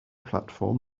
platform